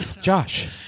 Josh